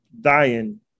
dying